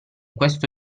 questo